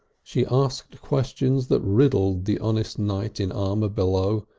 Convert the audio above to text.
she asked questions that riddled the honest knight in armour below,